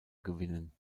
gewinnen